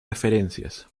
referencias